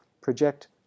project